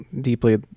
deeply